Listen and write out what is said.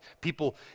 people